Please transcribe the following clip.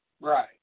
Right